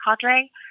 cadre